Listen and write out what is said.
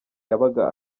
yabaga